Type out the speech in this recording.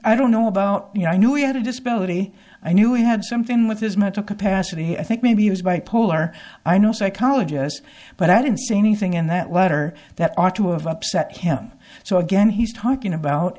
i don't know about you know i knew he had a disability i knew he had something with his mental capacity i think maybe he was bipolar i know psychologists but i didn't see anything in that letter that ought to have upset him so again he's talking about